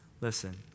Listen